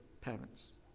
parents